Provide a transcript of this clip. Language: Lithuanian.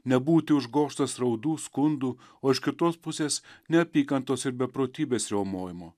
nebūti užgožtas raudų skundų o iš kitos pusės neapykantos ir beprotybės riaumojimo